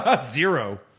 Zero